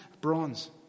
bronze